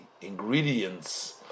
ingredients